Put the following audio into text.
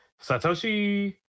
Satoshi